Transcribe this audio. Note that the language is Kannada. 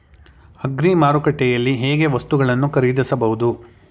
ಅಗ್ರಿ ಮಾರುಕಟ್ಟೆಯಲ್ಲಿ ಹೇಗೆ ವಸ್ತುಗಳನ್ನು ಖರೀದಿಸಬಹುದು?